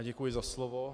Děkuji za slovo.